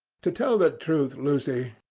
to tell the truth, lucy,